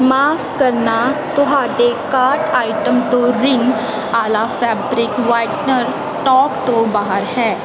ਮਾਫ਼ ਕਰਨਾ ਤੁਹਾਡੇ ਕਾਰਟ ਆਈਟਮ ਤੋਂ ਰਿਨ ਆਲਾ ਫੈਬਰਿਕ ਵਾਈਟਨਰ ਸਟੋਕ ਤੋਂ ਬਾਹਰ ਹੈ